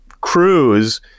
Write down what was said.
cruise